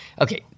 okay